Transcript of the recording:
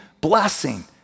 blessing